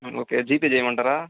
okay GPay చేయమంటారా